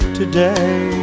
today